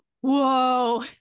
whoa